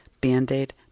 Band-Aid